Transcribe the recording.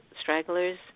stragglers